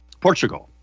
Portugal